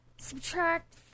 subtract